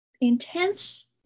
intense